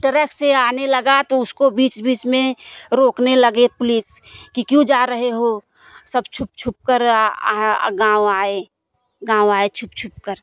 truck से आने लगा तो उसको बीच बीच में रोकने लगे पुलिस कि क्यों जा रहे हो सब छुप छुप कर गाँव आए गाँव आए छुप छुप कर